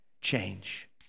change